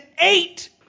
eight